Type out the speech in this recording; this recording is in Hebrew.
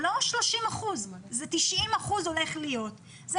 זה לא 30 אחוזים אלא זה הולך להיות 90 אחוזים.